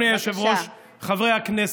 חברי הכנסת,